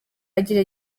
agira